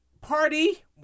Party